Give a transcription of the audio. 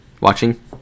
watching